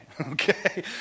okay